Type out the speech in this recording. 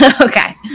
Okay